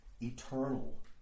eternal